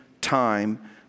time